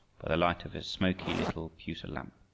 by the light of his smoky little pewter lamp.